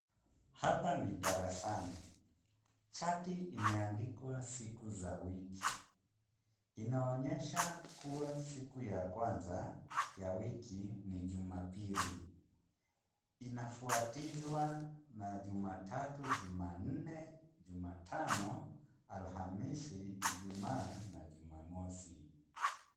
Hapa ni darasani. Chati imeandikwa siku za wiki. Inaonyesha kuwa siku ya kwanza, ya wiki ni Jumapili. Inafuatizwa na Jumatatu, Jumanne, Jumatano, Alhamisi, Ijumaa na Jumamosi.